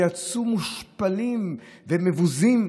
שיצאו מושפלים ומבוזים,